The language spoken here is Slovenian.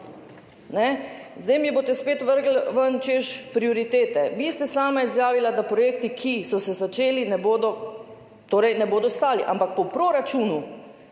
Zdaj mi boste spet vrgli ven, češ, prioritete. Vi ste sami izjavili, da projekti, ki so se začeli, ne bodo stali, ampak po proračunu